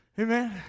Amen